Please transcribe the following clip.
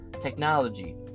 Technology